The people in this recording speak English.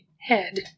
head